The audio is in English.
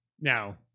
Now